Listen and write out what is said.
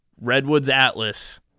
Redwoods-Atlas